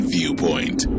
Viewpoint